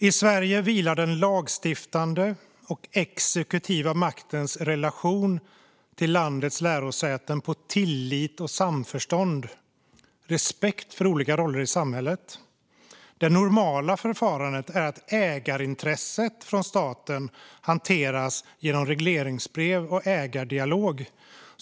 I Sverige vilar den lagstiftande och exekutiva maktens relation till landets lärosäten på tillit och samförstånd, på respekt för olika roller i samhället. Det normala förfarandet är att statens ägarintresse hanteras genom regleringsbrev och ägardialog.